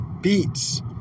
beats